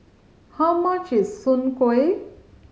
how much is Soon Kuih